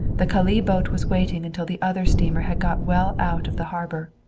the calais boat was waiting until the other steamer had got well out of the harbor.